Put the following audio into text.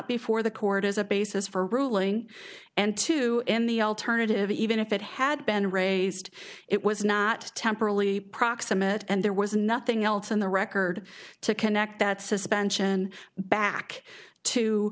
before the court as a basis for ruling and two in the alternative even if it had been raised it was not temporally proximate and there was nothing else in the record to connect that suspension back to